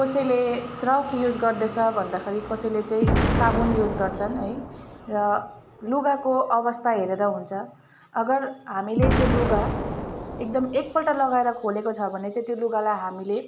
कसैले Surf use गर्दछ भन्दाखेरि कसैले चाहिँ साबुन युज गर्छन् है र लुगाको अवस्था हेरेर हुन्छ अगर हामीले त्यो लुगा एकदम एकपल्ट लगाएर खोलेको छ भने चाहिँ त्यो लुगालाई हामीले